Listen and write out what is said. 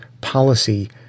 policy